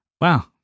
wow